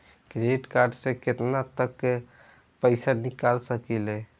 Credit card से केतना तक पइसा निकाल सकिले?